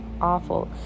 awful